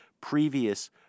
previous